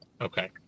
Okay